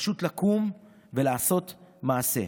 פשוט לקום ולעשות מעשה.